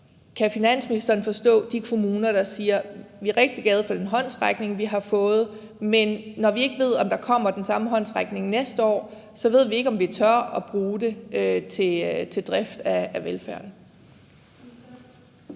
Kan finansministeren forstå de kommuner, der siger: Vi er rigtig glade for den håndsrækning, vi har fået, men når vi ikke ved, om der kommer den samme håndsrækning næste år, ved vi ikke, om vi tør bruge det til drift af velfærden?